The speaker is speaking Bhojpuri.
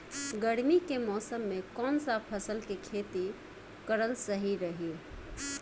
गर्मी के मौषम मे कौन सा फसल के खेती करल सही रही?